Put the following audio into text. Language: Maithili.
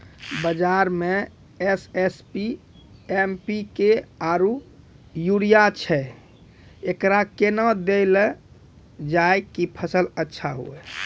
बाजार मे एस.एस.पी, एम.पी.के आरु यूरिया छैय, एकरा कैना देलल जाय कि फसल अच्छा हुये?